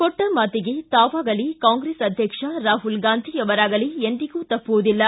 ಕೊಟ್ಟ ಮಾತಿಗೆ ತಾವಾಗಲಿ ಕಾಂಗ್ರೆಸ್ ಅಧ್ಯಕ್ಷ ರಾಹುಲ್ ಗಾಂಧಿ ಅವರಾಗಲಿ ಎಂದಿಗೂ ತಪ್ಪುವುದಿಲ್ಲ